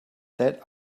that